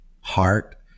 heart